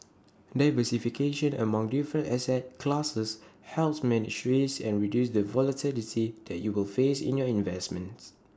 diversification among different asset classes helps manage risk and reduce the volatility that you will face in your investments